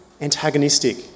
antagonistic